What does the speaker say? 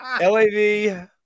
L-A-V